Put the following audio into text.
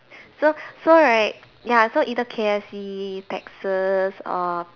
so so right ya so either K_F_C Texas or